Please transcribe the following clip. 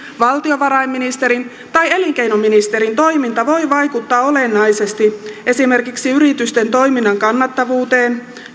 valtiovarainministerin tai elinkeinoministerin toiminta voi vaikuttaa olennaisesti esimerkiksi yritysten toiminnan kannattavuuteen